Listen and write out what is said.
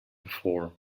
before